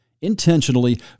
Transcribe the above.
intentionally